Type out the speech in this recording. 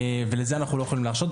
ואת זה אנחנו לא יכולים להרשות,